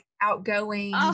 outgoing